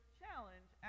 challenge